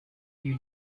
you